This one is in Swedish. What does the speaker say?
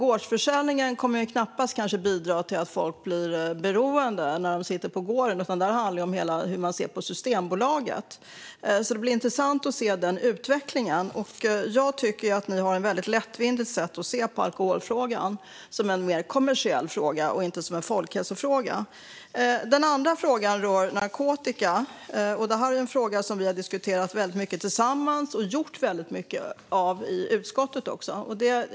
Gårdsförsäljning kommer knappast att bidra till att folk blir beroende, utan det handlar om hur man ser på Systembolaget. Det blir intressant att se utvecklingen. Jag tycker att ni har en väldigt lättvindig syn på alkoholfrågan som en mer kommersiell fråga och inte en folkhälsofråga. Min andra fråga rör narkotika. Detta är ju en fråga som vi har diskuterat väldigt mycket tillsammans, och vi har även gjort väldigt mycket i utskottet i samband med den.